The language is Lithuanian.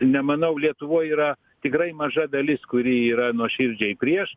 nemanau lietuvoj yra tikrai maža dalis kuri yra nuoširdžiai prieš